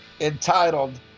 entitled